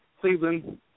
Cleveland